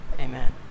Amen